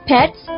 Pets